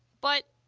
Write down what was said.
but.